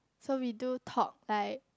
so we do talk like